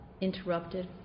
interrupted